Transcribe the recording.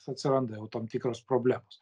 atsiranda jau tam tikros problemos